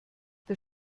das